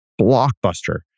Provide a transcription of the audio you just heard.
blockbuster